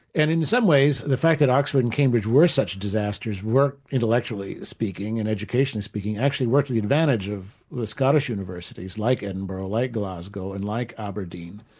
and in some ways, the fact that oxford and cambridge were such disasters, were intellectually speaking, and educationally speaking, actually worked to the advantage of the scottish universities like edinburgh, like glasgow and like aberdeen,